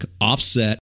offset